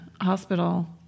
hospital